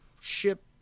ship